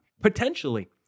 potentially